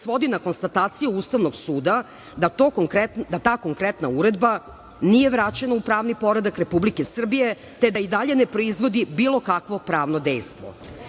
svodi na konstataciju Ustavnog suda da ta konkretna uredba nije vraćena u pravni poredak Republike Srbije, te da i dalje ne proizvodi bilo kakvo pravno